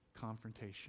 confrontation